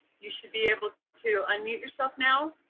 you should be able to unmute yourself now.